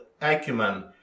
acumen